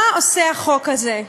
מה עושה החוק הזה?